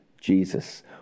Jesus